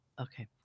Okay